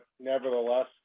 nevertheless